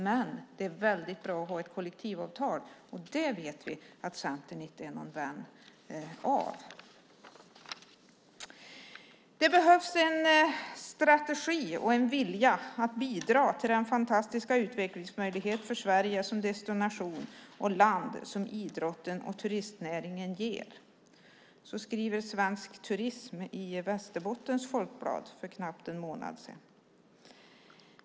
Men det är väldigt bra att ha ett kollektivavtal. Det vet vi att Centern inte är någon vän av. Det behövs en strategi och en vilja att bidra till den fantastiska utvecklingsmöjlighet för Sverige som destination och land som idrotten och turistnäringen ger. Så skrev Svensk Turism i Västerbottens Folkblad för knappt en månad sedan.